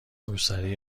روسری